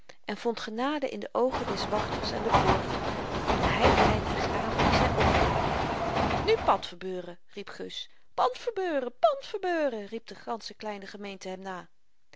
en vond genade in de oogen des wachters aan de poort om de heiligheid der gave die zy offerde nu pandverbeuren riep gus pandverbeuren pandverbeuren riep de gansche kleine gemeente hem na